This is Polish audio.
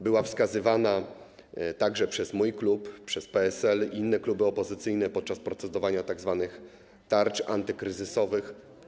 Była wskazywana również przez mój klub, przez PSL i inne kluby opozycyjne podczas procedowania tzw. tarcz antykryzysowych.